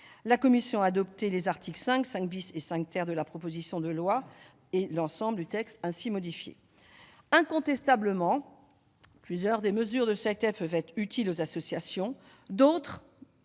La commission a adopté les articles 5, 5 et 5 de la proposition de loi, et l'ensemble du texte ainsi modifié. Incontestablement, plusieurs des mesures de ce texte peuvent être utiles aux associations. D'autres